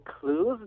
clues